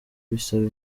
bisaba